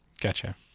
Gotcha